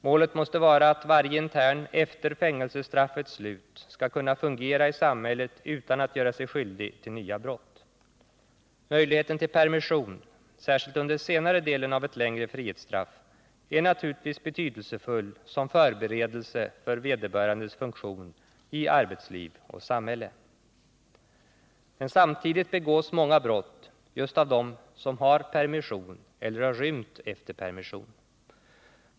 Målet måste vara att varje intern efter fängelsestraffets slut skall kunna fungera i samhället utan att göra sig skyldig till nya brott. Möjligheten till permission, särskilt under senare delen av ett längre frihetsstraff, är naturligtvis betydelsefull som förberedelse för vederbörandes funktion i arbetsliv och samhälle. Men samtidigt begås många brott just av dem som har permission eller har rymt efter permission.